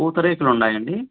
పూత రేకులు ఉన్నాయండి